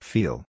Feel